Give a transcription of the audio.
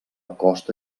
costa